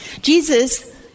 Jesus